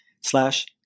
slash